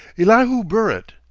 elihu burritt,